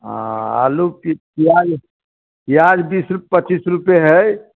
हँ आलू पियाज पियाज बीस पचीस रूपये हय